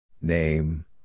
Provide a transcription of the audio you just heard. Name